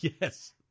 Yes